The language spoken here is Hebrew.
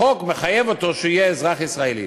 החוק מחייב אותו שהוא יהיה אזרח ישראלי.